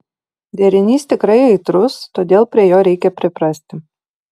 derinys tikrai aitrus todėl prie jo reikia priprasti